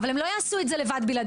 אבל הם לא יעשו את זה לבד בלעדינו,